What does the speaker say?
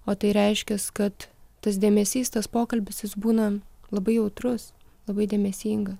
o tai reiškias kad tas dėmesys tas pokalbis jis būna labai jautrus labai dėmesinga